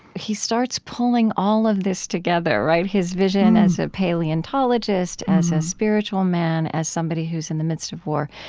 he starts pulling all of this together, right? his vision as a paleontologist, as a spiritual man, as somebody who's in the midst of war.